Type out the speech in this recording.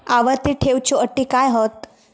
आवर्ती ठेव च्यो अटी काय हत?